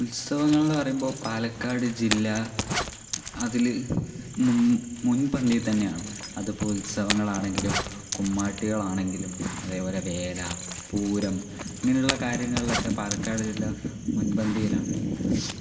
ഉത്സവങ്ങൾന്ന് പറയുമ്പോൾ പാലക്കാട് ജില്ല അതില് മുൻപന്തിയിൽ തന്നെയാണ് അത് ഇപ്പോൾ ഉത്സവങ്ങളാണെങ്കിലും കുമ്മാട്ടികളാണെങ്കിലും അതേപോലെ വേല പൂരം ഇങ്ങനെയുള്ള കാര്യങ്ങളിലൊക്കെ പാലക്കാട് ജില്ല മുൻപന്തിയിലാണ്